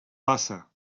passa